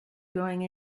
going